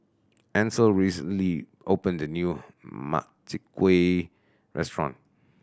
Ansel recently opened a new Makchang Gui restaurant